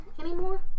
anymore